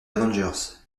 avengers